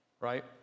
Right